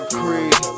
creed